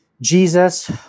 Jesus